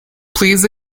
please